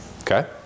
Okay